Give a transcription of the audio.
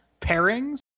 pairings